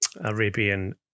Arabian